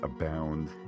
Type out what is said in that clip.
abound